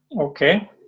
Okay